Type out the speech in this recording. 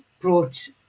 brought